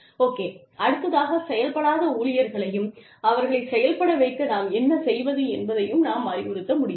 okay அடுத்ததாகச் செயல்படாத ஊழியர்களையும் அவர்களை செயல்பட வைக்க நாம் என்ன செய்வது என்பதையும் நாம் அறிவுறுத்த முடியும்